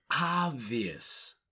obvious